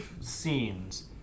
scenes